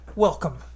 Welcome